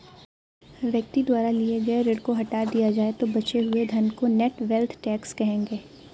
व्यक्ति द्वारा लिए गए ऋण को हटा दिया जाए तो बचे हुए धन को नेट वेल्थ टैक्स कहेंगे